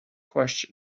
question